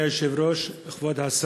מחלות נדירות.